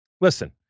Listen